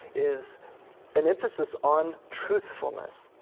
is an emphasis on truthfulness,